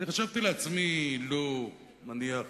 חשבתי לעצמי, לו, נניח,